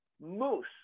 moose